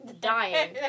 dying